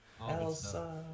Elsa